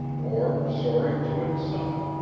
or soaring to its summit,